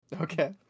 Okay